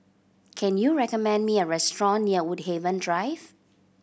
can you recommend me a restaurant near Woodhaven Drive